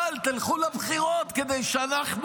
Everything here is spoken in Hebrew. אבל תלכו לבחירות כדי שאנחנו,